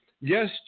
Yes